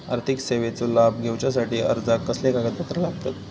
आर्थिक सेवेचो लाभ घेवच्यासाठी अर्जाक कसले कागदपत्र लागतत?